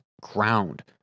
ground